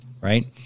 right